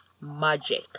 magic